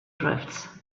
drifts